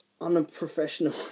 unprofessional